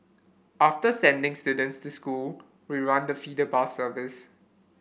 after sending students to school we run the feeder bus service